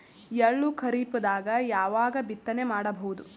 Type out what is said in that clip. ಎಳ್ಳು ಖರೀಪದಾಗ ಯಾವಗ ಬಿತ್ತನೆ ಮಾಡಬಹುದು?